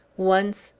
once,